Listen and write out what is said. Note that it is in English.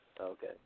Okay